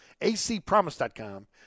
ACPromise.com